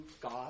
God